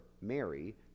Mary